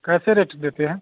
कैसे रेट देते हैं